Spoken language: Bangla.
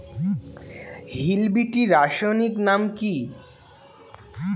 হিল বিটি রাসায়নিক নাম কি?